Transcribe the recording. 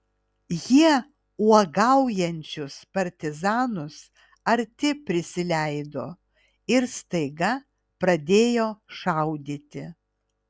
jie uogaujančius partizanus arti prisileido ir staiga pradėjo šaudyti